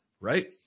right